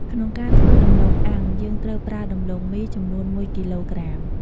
ក្នុងការធ្វើដំទ្បូងអាំង យើងត្រូវប្រើដំឡូងមី ចំនួន១គីឡូក្រាម។